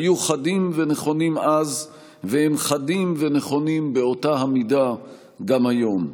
היו חדים ונכונים אז והם חדים ונכונים באותה מידה גם היום.